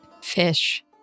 Fish